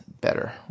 better